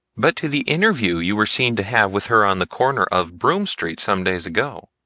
but to the interview you were seen to have with her on the corner of broome street some days ago.